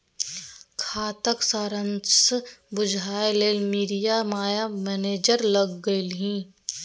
खाताक सारांश बुझय लेल मिरिया माय मैनेजर लग गेलीह